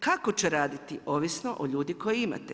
Kako će raditi, ovisno o ljudi koje imate.